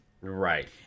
Right